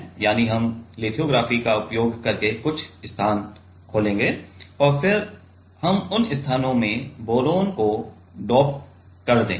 यानी हम लिथोग्राफी का उपयोग करके कुछ स्थान खोलेंगे और फिर हम उन स्थानों में बोरॉन को डोप कर देंगे